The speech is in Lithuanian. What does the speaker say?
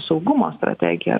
saugumo strategija